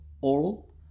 oral